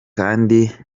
kandi